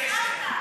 אין כל קשר.